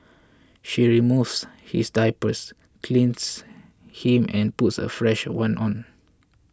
she removes his diaper cleans him and puts a fresh one on